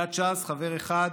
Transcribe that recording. סיעת ש"ס, חבר אחד,